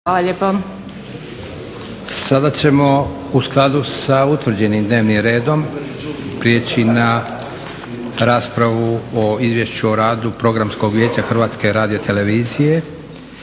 Josip (SDP)** Sada ćemo u skladu sa utvrđenim dnevnim redom prijeći na raspravu o - a/ Izvješće o radu Programskog vijeća HRT-a i provedbi